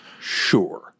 sure